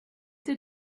did